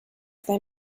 their